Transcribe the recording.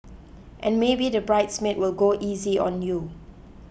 and maybe the bridesmaid will go easy on you